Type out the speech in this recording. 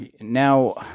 now